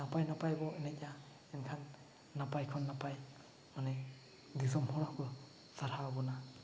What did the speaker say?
ᱱᱟᱯᱟ ᱱᱟᱯᱟᱭ ᱵᱚᱱ ᱮᱱᱮᱡᱼᱟ ᱮᱱᱠᱷᱟᱱ ᱱᱟᱯᱟᱭ ᱠᱷᱚᱱ ᱱᱟᱯᱟᱭ ᱢᱟᱱᱮ ᱫᱤᱥᱚᱢᱦᱚᱲ ᱦᱚᱸᱠᱚ ᱥᱟᱨᱦᱟᱣ ᱵᱚᱱᱟ